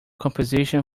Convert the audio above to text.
composition